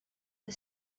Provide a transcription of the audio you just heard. the